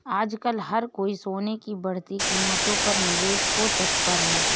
आजकल हर कोई सोने की बढ़ती कीमतों पर निवेश को तत्पर है